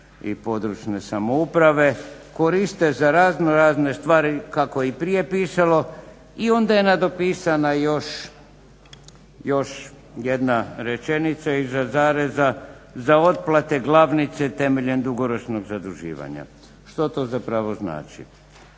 i područne samouprave koriste za raznorazne stvari kako je prije pisalo i onda je nadopisana još jedna rečenica iza zareza za otplate glavnice temeljem dugoročnog zaduživanja. Što to zapravo znači?